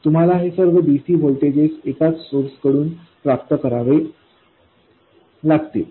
तुम्हाला हे सर्व dc व्होल्टेजेस एकाच सोर्सकडून प्राप्त करावे लागतील